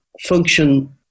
function